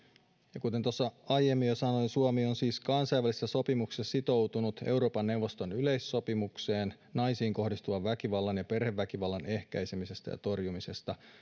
kuten tuossa aiemmin jo sanoin suomi on siis kansainvälisissä sopimuksissa sitoutunut euroopan neuvoston yleissopimukseen naisiin kohdistuvan väkivallan ja perheväkivallan ehkäisemisestä ja torjumisesta